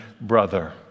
brother